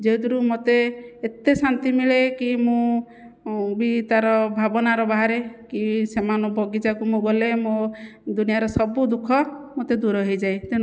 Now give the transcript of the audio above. ଯେଉଁଥିରୁ ମୋତେ ଏତେ ଶାନ୍ତି ମିଳେ କି ମୁଁ ବି ତା'ର ଭାବନାର ବାହାରେ କି ସେମାନ ବଗିଚାକୁ ମୁଁ ଗଲେ ମୋ' ଦୁନିଆର ସବୁ ଦୁଃଖ ମୋତେ ଦୂର ହୋଇଯାଏ ତେଣୁ